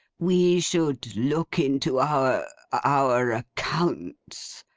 we should look into our our accounts.